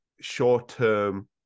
short-term